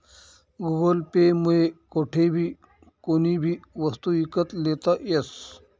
Google Pay मुये कोठेबी कोणीबी वस्तू ईकत लेता यस